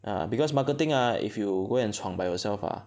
uh because marketing ah if you go and 创 by yourself ah